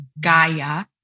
Gaia